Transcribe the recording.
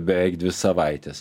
beveik dvi savaites